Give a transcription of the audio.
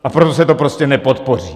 A proto se to prostě nepodpoří.